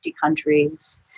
countries